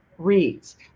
Reads